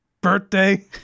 birthday